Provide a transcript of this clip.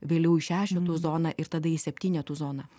vėliau į šešetų zoną ir tada į septynetų zoną